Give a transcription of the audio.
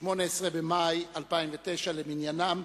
18 במאי 2009 למניינם,